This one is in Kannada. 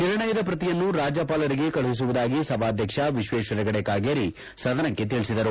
ನಿರ್ಣಯದ ಪ್ರತಿಯನ್ನು ರಾಜ್ಯಪಾಲರಿಗೆ ಕಳುಹಿಸುವುದಾಗಿ ಸಭಾಧ್ಯಕ್ಷ ವಿಶ್ವೇಶ್ವರ ಹೆಗಡೆ ಕಾಗೇರಿ ಸದನಕ್ಕೆ ತಿಳಿಸಿದರು